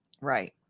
Right